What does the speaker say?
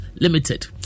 Limited